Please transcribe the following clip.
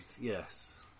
Yes